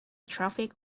traffic